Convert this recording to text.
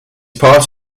part